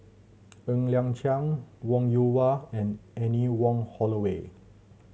Ng Liang Chiang Wong Yoon Wah and Anne Wong Holloway